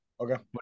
Okay